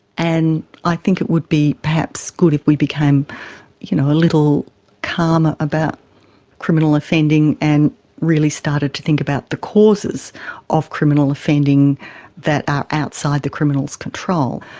and i think it would be perhaps good if we became you know a little calmer about criminal offending and really started to think about the causes of criminal offending that are outside the criminal's control.